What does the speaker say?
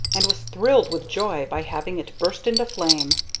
and was thrilled with joy by having it burst into flame.